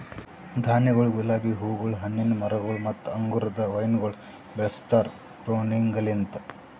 ಧಾನ್ಯಗೊಳ್, ಗುಲಾಬಿ ಹೂಗೊಳ್, ಹಣ್ಣಿನ ಮರಗೊಳ್ ಮತ್ತ ಅಂಗುರದ ವೈನಗೊಳ್ ಬೆಳುಸ್ತಾರ್ ಪ್ರೂನಿಂಗಲಿಂತ್